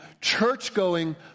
church-going